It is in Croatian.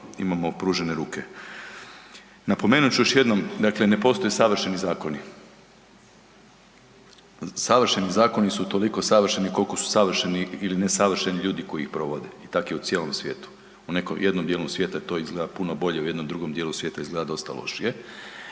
imamo pružene ruke. Napomenut ću još jednom, dakle, ne postoje savršeni zakoni. Savršeni zakoni su toliko savršeni koliko su savršeni ili nesavršeni ljudi koji ih provode. Tako je u cijelom svijetu. U nekom, jednom dijelu svijeta to izgleda puno bolje, u jednom drugom dijelu svijeta izgleda dosta lošije.